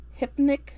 hypnic